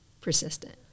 persistent